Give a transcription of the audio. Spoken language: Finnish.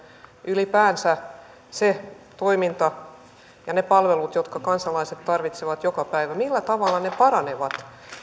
ylipäänsä se toiminta ja ne palvelut joita kansalaiset tarvitsevat joka päivä paranevat